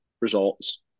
results